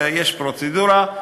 ויש פרוצדורה,